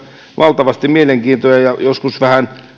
valtavasti mielenkiintoa ja ja joskus